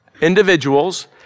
individuals